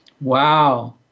wow